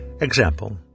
Example